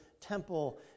temple